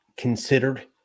considered